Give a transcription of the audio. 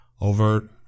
overt